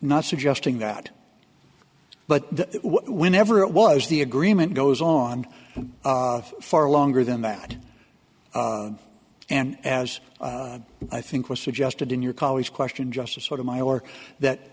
not suggesting that but whenever it was the agreement goes on far longer than that and as i think was suggested in your caller's question just a sort of my or that